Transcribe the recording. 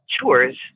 chores